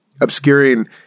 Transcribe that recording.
obscuring